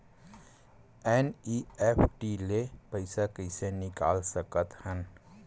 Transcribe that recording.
NEFT ले पईसा कइसे निकाल सकत हन?